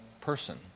person